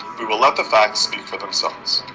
we will let the facts speak for themselves